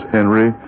Henry